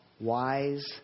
wise